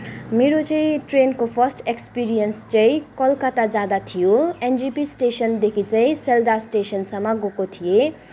मेरो चाहिँ ट्रेनको फर्स्ट एक्सपिरियन्स चाहिँ कलकत्ता जाँदा थियो एनजेपी स्टेसनदेखि चाहिँ स्यालदह स्टेसनसम्म गएको थिएँ